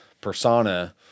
persona